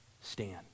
stand